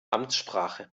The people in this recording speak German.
amtssprache